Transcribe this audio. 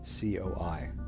COI